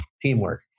teamwork